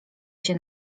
się